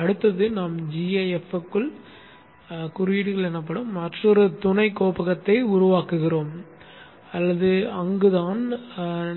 அடுத்து நாம் gaf க்குள் குறியீடுகள் எனப்படும் மற்றொரு துணை கோப்பகத்தை உருவாக்குகிறோம் அல்லது அங்கு